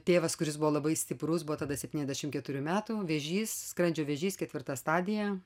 tėvas kuris buvo labai stiprus buvo tada septyniasdešimt keturių metų vėžys skrandžio vėžys ketvirta stadija